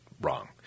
wrong